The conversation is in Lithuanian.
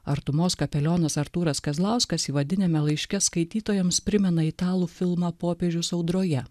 artumos kapelionas artūras kazlauskas įvadiniame laiške skaitytojams primena italų filmą popiežius audroje